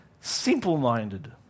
Simple-minded